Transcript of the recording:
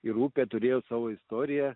ir upė turėjo savo istoriją